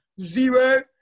zero